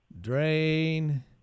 drain